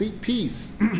peace